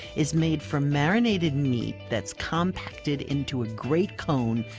is made from marinated meat that is compacted into a great cone,